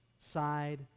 side